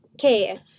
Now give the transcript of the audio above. okay